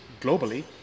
globally